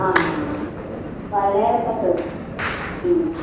आं आं आं फाल्यां येता तर